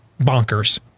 bonkers